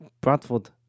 bradford